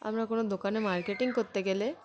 আমরা কোনো দোকানে মার্কেটিং করতে গেলে